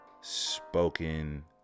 spoken